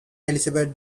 elizabeth